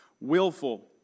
willful